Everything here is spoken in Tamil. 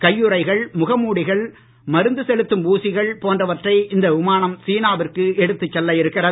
கையுறைகள் முகமூடிகள் மருந்து செலுத்தும் ஊசிக்கள் போன்றவற்றை இந்த விமானம் சீனாவிற்கு எடுத்து செல்ல இருக்கிறது